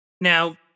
Now